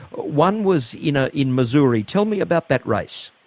one was you know in missouri tell me about that race.